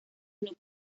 núcleo